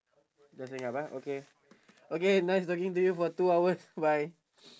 just hang up ah okay okay nice talking to you for two hours bye